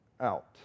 out